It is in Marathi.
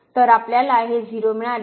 तर आपल्याला हे 0 मिळाले